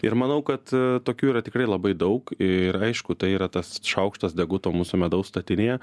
ir manau kad tokių yra tikrai labai daug ir aišku tai yra tas šaukštas deguto mūsų medaus statinėje